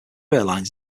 airlines